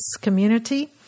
community